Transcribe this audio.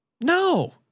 No